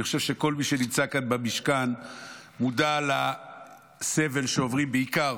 אני חושב שכל מי שנמצא כאן במשכן מודע לסבל שעוברים בעיקר